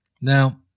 Now